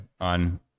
on